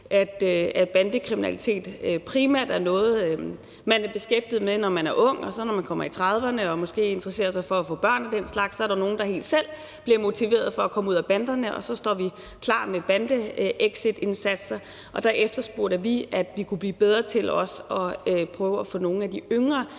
at bandekriminalitet primært er noget, man er beskæftiget med, når man er ung, og når man så kommer i trediverne og måske interesserer sig for at få børn og den slags, er der nogle, der helt af sig selv bliver motiveret for at komme ud af banderne, og så står vi klar med bandeexitindsatser. Og der efterspurgte vi, at vi kunne blive bedre til også at prøve at få nogle af de yngre,